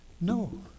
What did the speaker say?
No